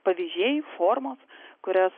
pavyzdžiai formos kurias